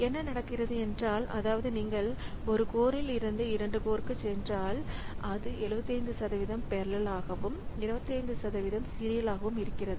என்ன நடக்கிறது என்றால் அதாவது நீங்கள் 1 கோர்ல் இருந்து 2 கோர்க்குச் சென்றால் அது 75 சதவிகிதம் பெரலல்ஆகவும் 25 சதவிகிதம் சீரியல் ஆகவும் இருக்கிறது